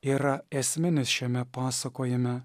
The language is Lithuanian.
yra esminis šiame pasakojime